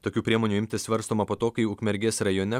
tokių priemonių imtis svarstoma po to kai ukmergės rajone